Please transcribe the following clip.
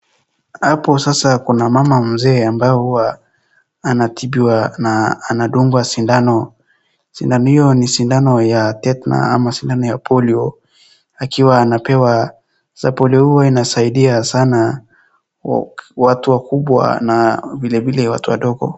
Hapo sasa kuna mama mzee ambaye huwa, anatibiwa na anadungwa sindano. Sindano hio ni sindano ya Tetenus ama sindano ya Polio akiwa anapewa. Sampuli hio huwa inasaidia sana watu wakubwa na vilevile watu wadogo.